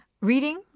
Reading